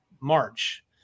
March